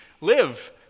live